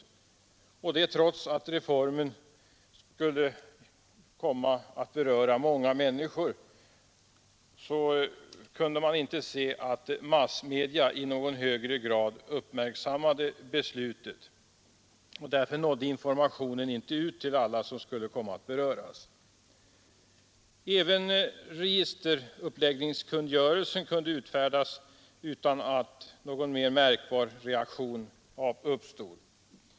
Trots att reformen skulle komma att beröra många människor kunde man inte se att massmedia i någon högre grad uppmärksammade beslutet. Därför nådde informationen inte ut till alla som skulle komma att beröras. Även registeruppläggningskungörelsen kunde utfärdas utan att någon mera märkbar reaktion uppstod.